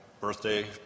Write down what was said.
birthday